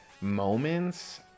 moments